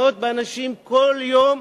מאות אנשים כל יום,